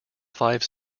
five